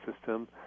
system